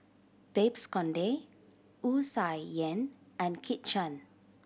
Babes Conde Wu Tsai Yen and Kit Chan